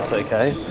okay.